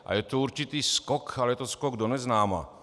A je to určitý skok, a je to skok do neznáma.